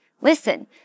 Listen